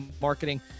marketing